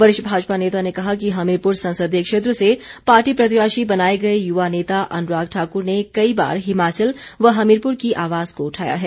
वरिष्ठ भाजपा नेता ने कहा कि हमीरपुर संसदीय क्षेत्र से पार्टी प्रत्याशी बनाए गए युवा नेता अनुराग ठाकुर ने कई बार हिमाचल व हमीरपुर की आवाज को उठाया है